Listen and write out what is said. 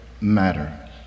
matter